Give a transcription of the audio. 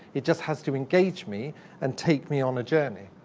it just has to engage me and take me on a journey.